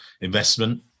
investment